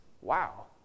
Wow